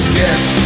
get